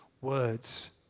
words